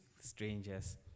strangers